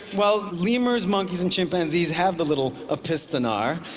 well, lemurs, monkeys and chimpanzees have the little opisthenar.